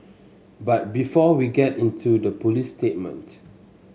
but before we get into the police statement